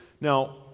Now